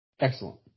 Excellent